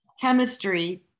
chemistry